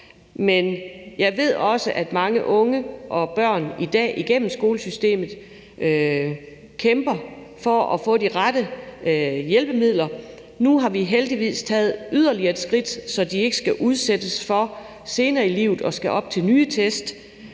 Men jeg ved også, at mange unge og børn i dag igennem skolesystemet kæmper for at få de rette hjælpemidler. Nu har vi heldigvis taget yderligere et skridt, så de ikke skal udsættes for senere i livet at skulle op til nye test.